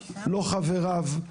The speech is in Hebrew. לא חבריו,